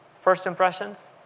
first impressions